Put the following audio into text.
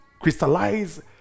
crystallize